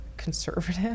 conservative